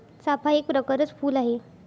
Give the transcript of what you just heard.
चाफा एक प्रकरच फुल आहे